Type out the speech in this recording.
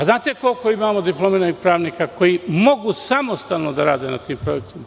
A znate koliko imamo diplomiranih pravnika koji mogu samostalno da rade na tim projektima?